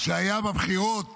שהיה בבחירות